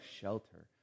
shelter